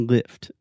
Lift